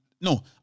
no